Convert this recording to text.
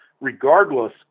regardless